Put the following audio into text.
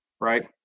right